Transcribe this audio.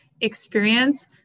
experience